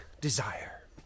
desire